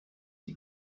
die